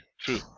True